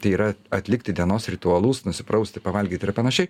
tai yra atlikti dienos ritualus nusiprausti pavalgyti ir panašiai